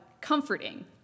comforting